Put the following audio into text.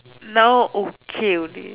now okay only